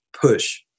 push